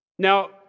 Now